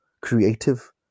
creative